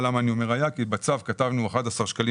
אני אומר היה כי בצו כתבנו 11.39 שקלים